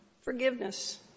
forgiveness